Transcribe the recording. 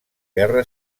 guerra